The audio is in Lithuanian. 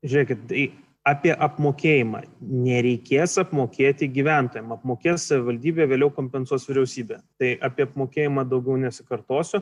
žiūrėkit tai apie apmokėjimą nereikės apmokėti gyventojam apmokės savivaldybė vėliau kompensuos vyriausybė tai apie apmokėjimą daugiau nesikartosiu